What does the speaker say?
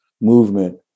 movement